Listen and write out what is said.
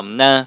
na